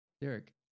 Derek